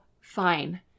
fine